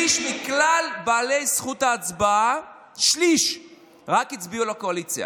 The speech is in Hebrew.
שליש מכלל בעלי זכות ההצבעה הצביעו לקואליציה.